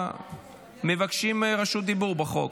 מבקשים רשות דיבור בחוק.